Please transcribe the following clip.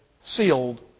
sealed